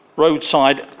roadside